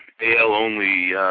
AL-only